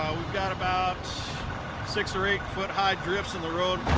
got about six or eight foot high drifts in the road.